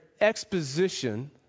exposition